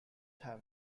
have